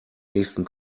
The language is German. nächsten